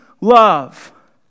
love